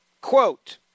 Quote